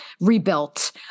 rebuilt